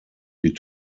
die